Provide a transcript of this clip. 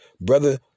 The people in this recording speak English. brother